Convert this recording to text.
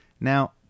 Now